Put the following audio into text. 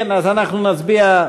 כן, אז אנחנו נצביע.